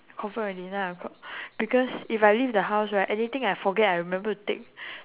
confirm already nine o'clock because if I leave the house right anything I forget I remember to take